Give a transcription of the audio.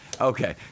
Okay